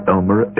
Elmer